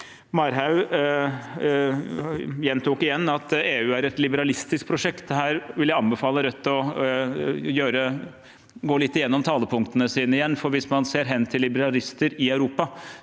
Marhaug gjentok at EU er et liberalistisk prosjekt. Her vil jeg anbefale Rødt å gå litt gjennom talepunktene sine igjen, for hvis man ser hen til liberalister i Europa,